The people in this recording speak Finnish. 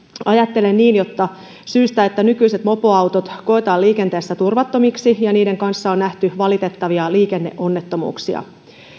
ajattelen niin että syystä että nykyiset mopoautot koetaan liikenteessä turvattomiksi ja niiden kanssa on nähty valitettavia liikenneonnettomuuksia